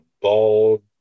bald